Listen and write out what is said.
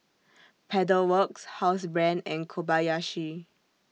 Pedal Works Housebrand and Kobayashi